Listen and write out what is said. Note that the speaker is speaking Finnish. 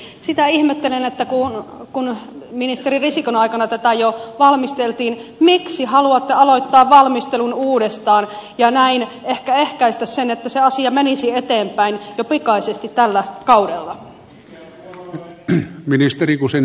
sitä ihmettelen että kun ministeri risikon aikana tätä jo valmisteltiin miksi haluatte aloittaa valmistelun uudestaan ja näin ehkä ehkäistä sen että se asia menisi eteenpäin jo pikaisesti tällä kaudella